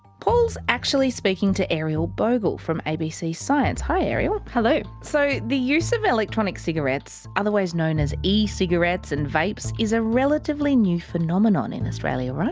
paul's actually speaking to ariel bogle from abc science. hi ariel. hello! so. the use of electronic cigarettes. otherwise known as e-cigarettes and vapes. is a relatively new phenomenon in australia. right?